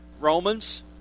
Romans